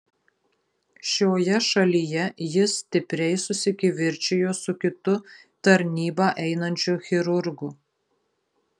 šioje šalyje jis stipriai susikivirčijo su kitu tarnybą einančiu chirurgu